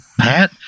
Pat